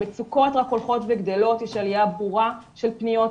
המצוקות רק הולכות וגדלות יש עליה ברורה של פניות,